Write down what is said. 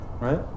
Right